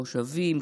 מושבים,